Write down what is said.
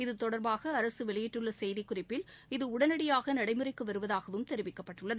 இத்தொடர்பாக அரசு வெளியிட்டுள்ள செய்திக்குறிப்பில் இது உடனடியாக நடைமுறைக்கு வருவதாகவும் தெரிவிக்கப்பட்டுள்ளது